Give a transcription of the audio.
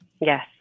Yes